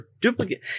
duplicate